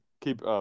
keep